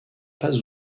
pas